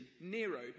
Nero